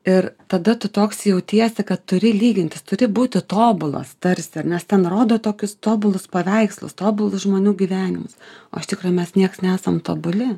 ir tada tu toks jautiesi kad turi lygintis turi būti tobulas tarsi ar nes ten rodo tokius tobulus paveikslus tobulus žmonių gyvenimus o iš tikro mes nieks nesam tobuli